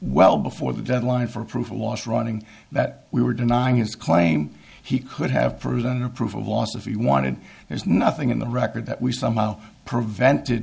well before the deadline for approval was running that we were denying his claim he could have proven or proof of lost if he wanted there's nothing in the record that we somehow prevented